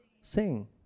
sing